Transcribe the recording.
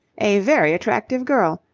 a very attractive girl.